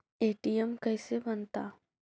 ATM कैसे बनता?